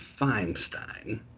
Feinstein